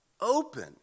open